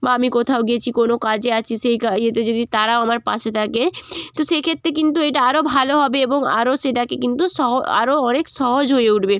বা আমি কোথাও গেছি কোনো কাজে আছি সেই কা ইয়েতে যদি তারাও আমার পাশে থাকে তো সেক্ষেত্রে কিন্তু এইটা আরও ভালো হবে এবং আরও সেটাকে কিন্তু সহ আরও অনেক সহজ হয়ে উঠবে